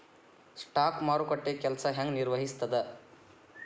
stock ಮಾರುಕಟ್ಟೆ ಕೆಲ್ಸ ಹೆಂಗ ನಿರ್ವಹಿಸ್ತದ